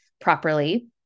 properly